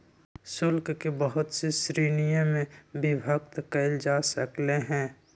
शुल्क के बहुत सी श्रीणिय में विभक्त कइल जा सकले है